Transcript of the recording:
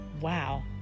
wow